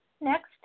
next